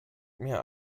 mir